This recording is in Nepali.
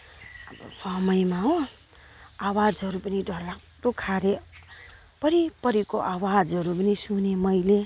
अब समयमा हो आवाजहरू पनि डरलाग्दो खारे परिपरिको आवाजहरू पनि सुनेँ मैले